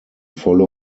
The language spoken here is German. volle